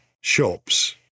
shops